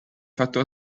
fatto